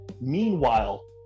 Meanwhile